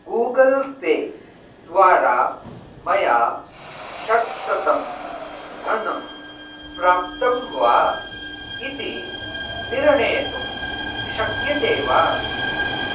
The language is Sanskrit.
गूगल् पे द्वारा मया षट्शतं धनं प्राप्तं वा इति निर्णेतुं शक्यते वा